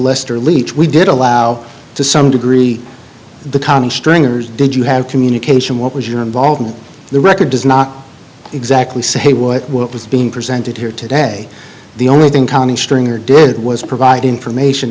lester leach we did allow to some degree the timing stringer's did you have communication what was your involvement the record does not exactly say what what was being presented here today the only thing counting stringer did was provide information